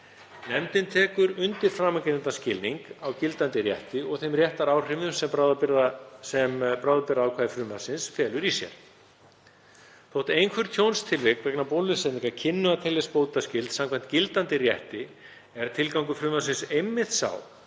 Nefndin tekur undir framangreindan skilning á gildandi rétti og þeim réttaráhrifum sem bráðabirgðaákvæði frumvarpsins felur í sér. Þótt einhver tjónstilvik vegna bólusetningar kynnu að teljast bótaskyld samkvæmt gildandi rétti er tilgangur frumvarpsins einmitt